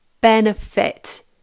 benefit